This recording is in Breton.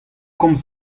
komz